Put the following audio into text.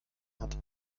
hat